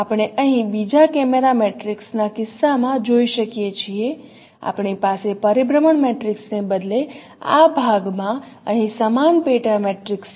આપણે અહીં બીજા કેમેરા મેટ્રિક્સના કિસ્સામાં જોઈ શકીએ છીએ આપણી પાસે પરિભ્રમણ મેટ્રિક્સને બદલે આ ભાગમાં અહીં સમાન પેટા મેટ્રિક્સ છે